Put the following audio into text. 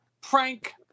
Prank